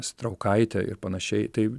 straukaitė ir panašiai tai